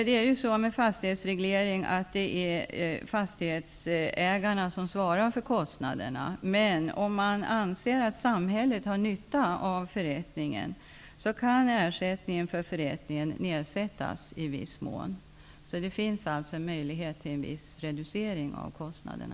Det är ju fastighetsägarna som svarar för kostnaderna för en fastighetsreglering, men om det anses att samhället har nytta av förrättningen kan ersättningen för denna i viss mån nedsättas. Det finns alltså möjlighet till viss reducering av kostnaderna.